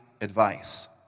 advice